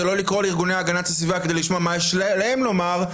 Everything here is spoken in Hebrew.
לא לקרוא לארגוני הגנת הסביבה כדי לשמוע מה יש להם לומר,